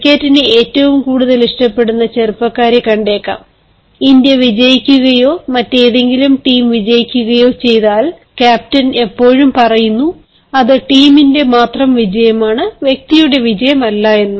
ക്രിക്കറ്റിനെ ഏറ്റവും കൂടുതൽ ഇഷ്ടപ്പെടുന്ന ചെറുപ്പക്കാരെ കണ്ടേക്കാം ഇന്ത്യ വിജയിക്കുകയോ മറ്റേതെങ്കിലും ടീം വിജയിക്കുകയോ ചെയ്താൽ ക്യാപ്റ്റൻ എപ്പോഴും പറയുന്നു അത് ടീമന്റെ മാത്രം വിജയമാണ് വ്യക്തിയുടെ വിജയമല്ല എന്ന്